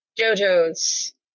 JoJo's